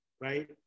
right